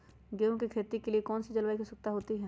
गेंहू की खेती के लिए कौन सी जलवायु की आवश्यकता होती है?